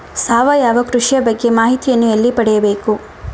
ಸಾವಯವ ಕೃಷಿಯ ಬಗ್ಗೆ ಮಾಹಿತಿಯನ್ನು ಎಲ್ಲಿ ಪಡೆಯಬೇಕು?